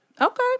Okay